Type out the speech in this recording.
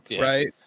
right